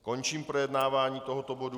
Končím projednávání tohoto bodu.